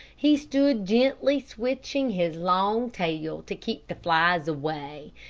he stood gently switching his long tail to keep the flies away,